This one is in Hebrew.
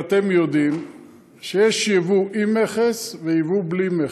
ואתם יודעים שיש יבוא עם מכס ויבוא בלי מכס.